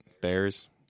Bears